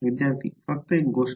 विद्यार्थी फक्त गोष्ट